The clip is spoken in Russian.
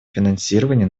финансирования